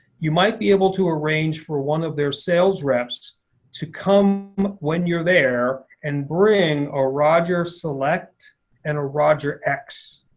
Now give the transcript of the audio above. you might be able to arrange for one of their sales reps to come when you're there and bring a roger select and a roger x.